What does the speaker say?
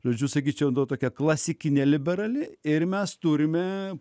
žodžiu sakyčiau tokia klasikinė liberali ir mes turime